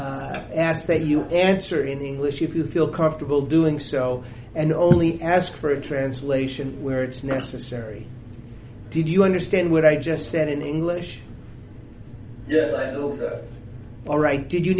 ask that you answer in english if you feel comfortable doing so and only ask for a translation where it's necessary did you understand what i just said in english yeah all right did you